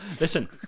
Listen